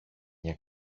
μια